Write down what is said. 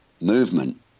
movement